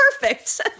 perfect